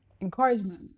Encouragement